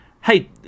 Hey